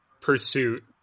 pursuit